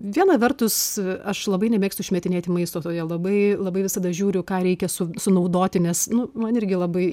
viena vertus aš labai nemėgstu išmetinėti maisto todėl labai labai visada žiūriu ką reikia su sunaudoti nes nu man irgi labai